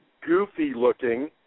goofy-looking